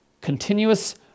Continuous